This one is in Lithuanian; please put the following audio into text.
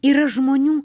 yra žmonių